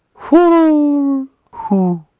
hoo hoo